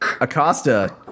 Acosta